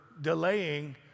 delaying